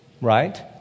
Right